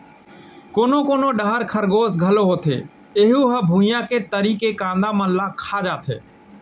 कोनो कोनो डहर खरगोस घलोक होथे ऐहूँ ह भुइंया के तरी के कांदा मन ल खा जाथे